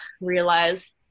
realize